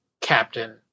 Captain